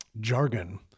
jargon